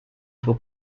for